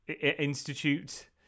Institute